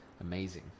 Amazing